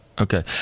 Okay